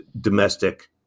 domestic